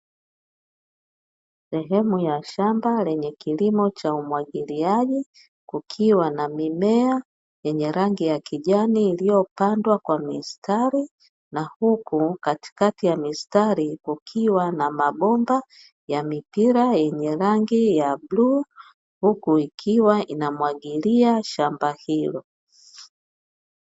Sehemu ya shamba lenye kilimo cha umwagiliaji, kukiwa na mimea yenye rangi ya kijani iliyopandwa kwa mistari. Na huku katikati ya mistari kukiwa na mabomba ya mipira yenye rangi ya bluu. Huku ikiwa inamwagilia shamba hilo.